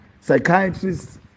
psychiatrists